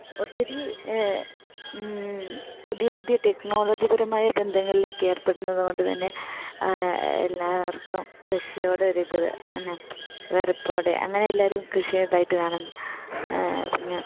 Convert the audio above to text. ഒത്തിരി പുതിയ പുതിയ ടെക്നോളജിപരമായ ബന്ധങ്ങളിലേക്ക് ഏർപ്പെടുന്നത് കൊണ്ടു തന്നെ എല്ലാവർക്കും കൃഷിയോട് ഒരിത് എന്നാൽ വെറുപ്പോടായ അങ്ങനെ എല്ലാവരും കൃഷി ഇതായിട്ട് കാണുന്നു പിന്നെ